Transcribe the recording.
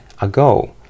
ago